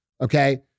okay